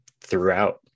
throughout